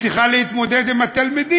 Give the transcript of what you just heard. היא צריכה להתמודד עם התלמידים,